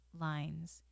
lines